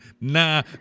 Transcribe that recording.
nah